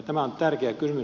tämä on tärkeä kysymys